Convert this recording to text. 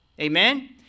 Amen